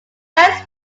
best